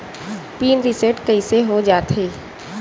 Pin reset कइसे हो जाथे?